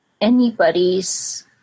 anybody's